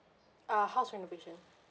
ah house renovation